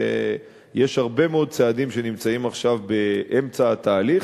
ויש הרבה מאוד צעדים שנמצאים עכשיו באמצע התהליך.